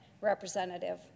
Representative